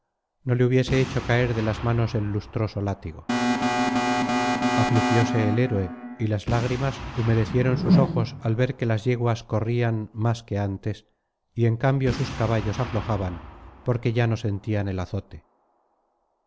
no le hubiese hecho caer de las manos el lustroso látigo afligióse el héroe y las lágrimas humedecieron sus ojos al ver que las yeguas corrían más que antes y en cambio sus caballos aflojaban porque ya no sentían el azote